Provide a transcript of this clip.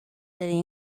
city